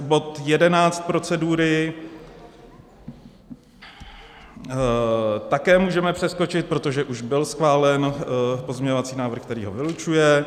Bod 11 procedury také můžeme přeskočit, protože už byl schválen pozměňovací návrh, který ho vylučuje.